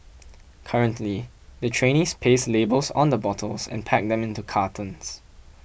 currently the trainees paste labels on the bottles and pack them into cartons